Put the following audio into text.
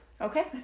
Okay